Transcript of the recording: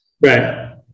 Right